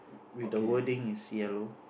with the wording is yellow